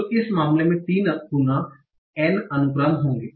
तो इस मामले में तीन गुना n अनुक्रम होंगे